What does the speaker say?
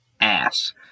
ass